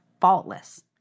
faultless